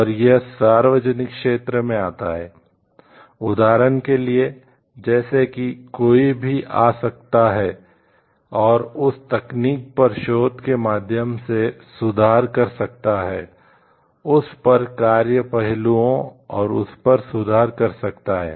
और यह सार्वजनिक क्षेत्र में आता है उदाहरण के लिए जैसे कि कोई भी आ सकता है और उस तकनीक पर शोध के माध्यम से सुधार कर सकता है उस पर कार्य पहलुओं और उस पर सुधार कर सकता है